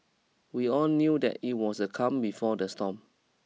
we all knew that it was the calm before the storm